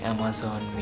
Amazon